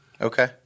Okay